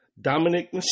Dominic